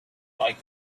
like